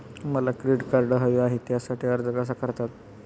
मला credit card हवे आहे त्यासाठी अर्ज कसा करतात?